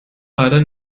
leider